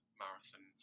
marathon